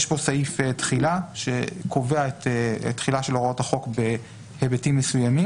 יש פה סעיף תחילה שקובע את תחילת הוראות החוק בהיבטים מסוימים.